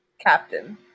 Captain